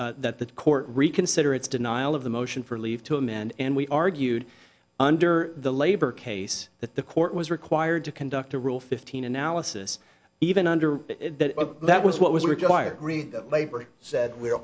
that the court reconsider its denial of the motion for leave to him and we argued under the labor case that the court was required to conduct a rule fifteen analysis even under that that was what was required green labor said we